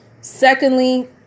Secondly